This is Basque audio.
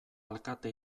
alkate